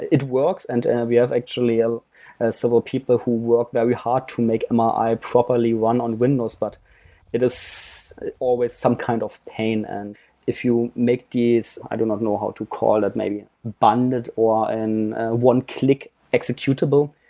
it works and we have actually ah ah several people who work very hard to make um ah mri properly run on windows, but it is always some kind of pain. and if you make these i do not know how to call it, maybe bundled or in one click executable,